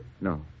No